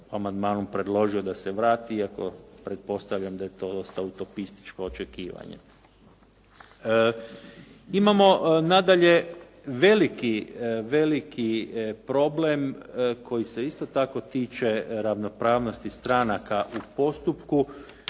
amandmanom predložio da se vrati, iako pretpostavljam da je to dosta utopističko očekivanje. Imamo nadalje veliki problem koji se isto tako tiče ravnopravnosti stranaka u postupku,